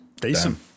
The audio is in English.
decent